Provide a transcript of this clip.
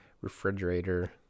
refrigerator